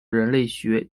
人类学